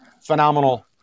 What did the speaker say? phenomenal